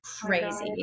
crazy